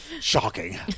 shocking